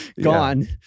gone